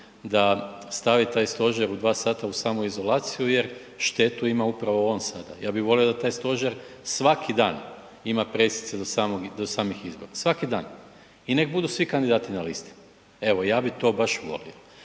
da stavi taj stožer u 2 sata u samoizolaciju jer štetu ima upravo on sada. Ja bi volio da taj stožer ima pressice do samih izbora, svaki dan i nek budi svi kandidati na listi, evo ja bih to baš volio.